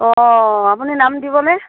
অ আপুনি নাম দিবনে